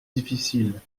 difficile